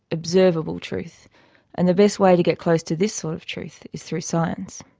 observable truth and the best way to get close to this sort of truth is through science.